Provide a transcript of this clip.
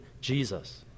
Jesus